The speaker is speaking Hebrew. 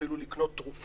אפילו לקנות תרופות,